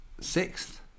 sixth